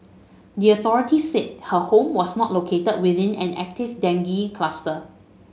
the authorities said her home was not located within an active dengue cluster